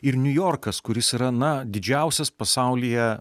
ir niujorkas kuris yra na didžiausias pasaulyje